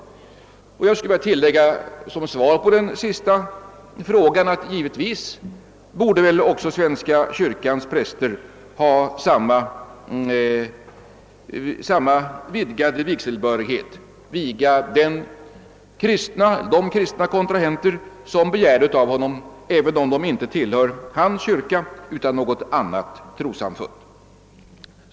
Som svar på den sista frågan skulle jag vilja tillägga, att givetvis borde också präster i svenska kyrkan ha samma vidgade vigselbehörighet, d. v. s. behörighet att viga de kristna kontrahenter som begär det av honom, även om de inte tillhör hans kyrka utan något annat trossamfund.